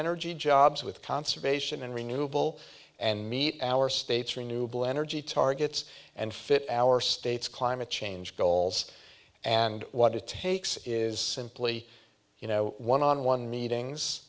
energy jobs with conservation and renewable and meet our state's renewable energy targets and fit our state's climate change goals and what it takes is simply you know one on one meetings